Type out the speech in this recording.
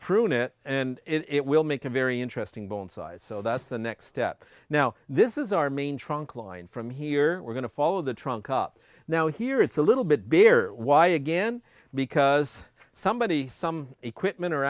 prune it and it will make a very interesting bone size so that's the next step now this is our main trunk line from here we're going to follow the trunk up now here it's a little bit bare why again because somebody some equipment or